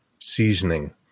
seasoning